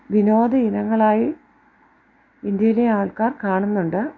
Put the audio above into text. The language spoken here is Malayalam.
വിനോദ ഇനങ്ങളായി ഇന്ത്യയിലെ ആൾക്കാർ കാണുന്നുണ്ട്